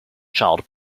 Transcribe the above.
child